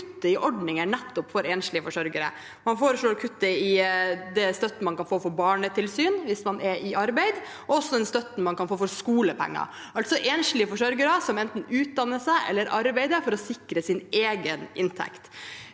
kutte i ordninger nettopp for enslige forsørgere. Man foreslår å kutte i støtten man kan få for barnetilsyn hvis man er i arbeid, og også den støtten man kan få for skolepenger, altså enslige forsørgere som enten utdanner seg eller arbeider for å sikre sin egen inntekt.